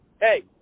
Hey